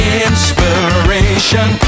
inspiration